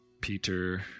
Peter